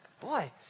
boy